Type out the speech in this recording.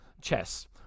chess